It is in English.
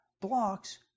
blocks